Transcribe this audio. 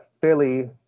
fairly